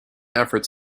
efforts